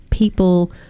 people